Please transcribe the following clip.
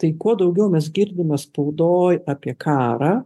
tai kuo daugiau mes girdime spaudoje apie karą